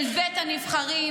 אל בית הנבחרים,